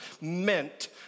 meant